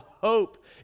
hope